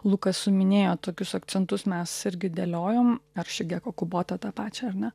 lukas suminėjo tokius akcentus mes irgi dėliojom ar shigeko kubota tą pačią ar ne